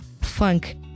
funk